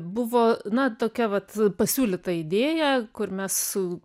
buvo na tokia vat pasiūlyta idėja kur mes su